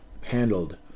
handled